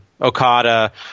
Okada